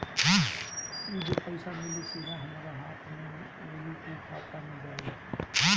ई जो पइसा मिली सीधा हमरा हाथ में मिली कि खाता में जाई?